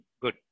good